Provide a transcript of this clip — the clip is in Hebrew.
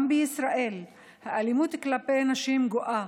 גם בישראל האלימות כלפי נשים גואה,